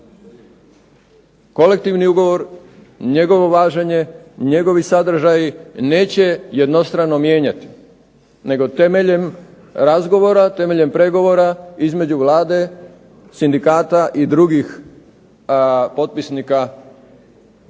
kolektivni ugovor, njegovo važenje, njegovi sadržaji neće jednostrano mijenjati, nego temeljem razgovora, temeljem pregovora između Vlade, sindikata i drugih potpisnika